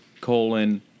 colon